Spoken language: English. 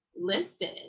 listen